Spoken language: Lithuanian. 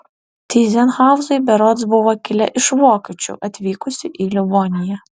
tyzenhauzai berods buvo kilę iš vokiečių atvykusių į livoniją